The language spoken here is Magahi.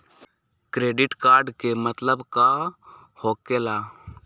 क्रेडिट कार्ड के मतलब का होकेला?